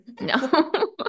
No